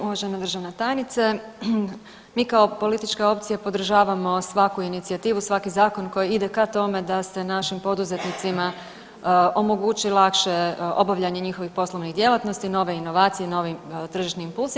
Uvažena državna tajnice, mi kao politička opcija podržavamo svaku inicijativu, svaki zakon koji ide ka tome da se našim poduzetnicima omogući lakše obavljanje njihovih poslovnih djelatnosti, nove inovacije, novi tržišni impulsi.